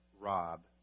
Rob